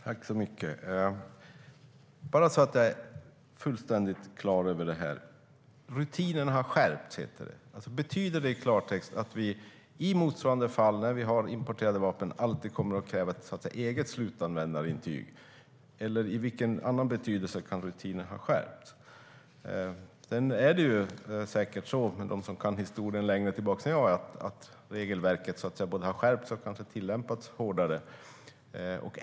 Fru talman! Bara så att jag är fullständigt klar över det här: Rutinerna har skärpts, heter det. Betyder det i klartext att vi i motsvarande fall med importerade vapen alltid kommer att kräva ett eget slutanvändarintyg, eller i vilken annan betydelse kan rutiner ha skärpts? Det är kanske så - det vet säkert de som kan historien längre tillbaka än jag - att regelverket både har skärpts och tillämpats hårdare.